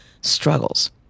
struggles